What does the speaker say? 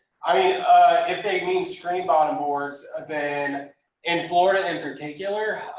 i mean screen um boards, ah then in florida in and particular,